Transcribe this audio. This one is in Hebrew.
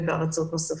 ובארצות נוספות.